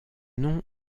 nom